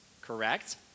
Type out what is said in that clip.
correct